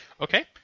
Okay